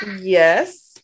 yes